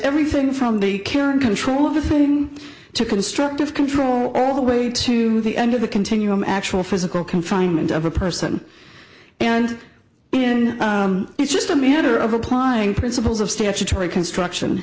everything from the care and control of the thing to constructive control all the way to the end of the continuum actual physical confinement of a person and it's just a matter of applying principles of statutory construction